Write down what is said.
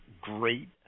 great